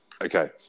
Okay